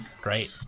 Great